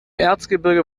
erzgebirge